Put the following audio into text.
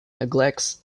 neglects